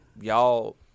y'all